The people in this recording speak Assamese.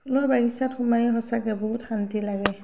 ফুলৰ বাগিচাত সোমাই সঁচাকৈ বহুত শান্তি লাগে